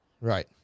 Right